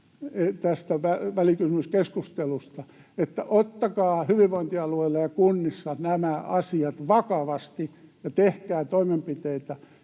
tästä välikysymyskeskustelusta hyvin voimakkaana, että ottakaa hyvinvointialueilla ja kunnissa nämä asiat vakavasti ja tehkää toimenpiteitä,